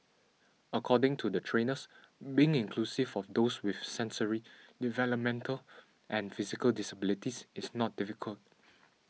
according to the trainers being inclusive of those with sensory developmental and physical disabilities is not difficult